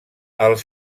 els